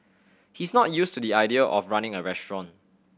he's not used to the idea of running a restaurant